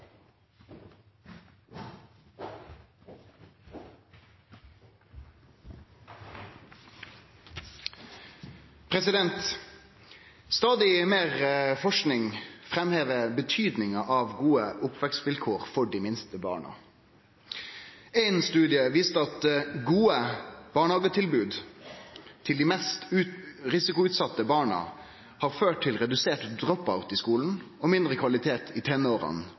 Stadig meir forsking framhever betydninga av gode oppvekstvilkår for dei minste barna. Ein studie viste at gode barnehagetilbod til dei mest risikoutsette barna har ført til redusert drop-out i skulen og mindre kriminalitet i